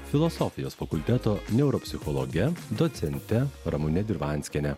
filosofijos fakulteto neuropsichologe docente ramune dirvanskiene